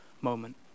moment